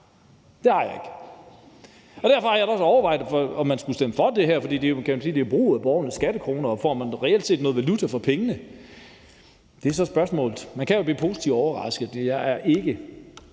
det har jeg ikke. Derfor har jeg også overvejet, man skulle stemme for det her, for man kan sige, at det er brug af borgernes skattekroner, og får man reelt set noget valuta for pengene? Det er så spørgsmålet. Man kan jo blive positivt overrasket, men jeg er ikke